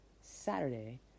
Saturday